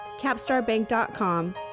capstarbank.com